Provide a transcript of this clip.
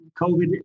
COVID